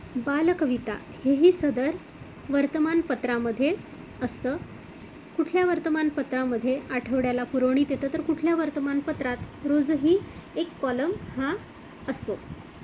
बालकविता हेही सदर वर्तमानपत्रामध्ये असतं कुठल्या वर्तमानपत्रामध्ये आठवड्याला पुरवणीत येतं तर कुठल्या वर्तमानपत्रात रोजही एक कॉलम हा असतो